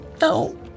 No